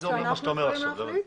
שאנחנו צריכים להחליט?